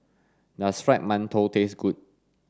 does fried mantou taste good